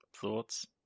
thoughts